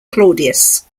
claudius